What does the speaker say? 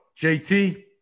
JT